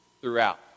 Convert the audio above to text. throughout